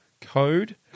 code